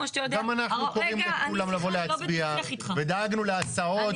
גם אנחנו קוראים לכולם לבוא להצביע ודאגנו להסעות,